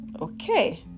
okay